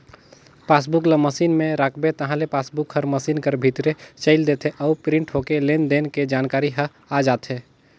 passbook ल machine में राखबे ताहले पासबुक हर मसीन कर भीतरे चइल देथे अउ प्रिंट होके लेन देन के जानकारी ह आ जाथे